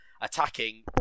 attacking